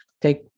take